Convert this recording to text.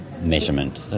measurement